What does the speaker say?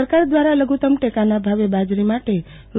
સરકાર દ્વારા લધુતમ ટેકાના ભાવે બાજરી માટે રૂ